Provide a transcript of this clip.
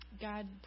God